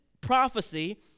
prophecy